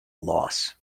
loss